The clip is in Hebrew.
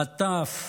הטף,